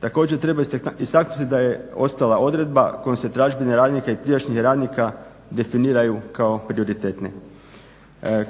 Također treba istaknuti da je ostala odredba kojom se tražbine radnika i prijašnjih radnika definiraju kao prioritetne.